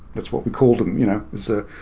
that's what we called them. you know so